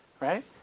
Right